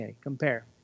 compare